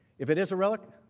if it is a relic,